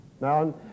now